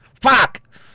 FUCK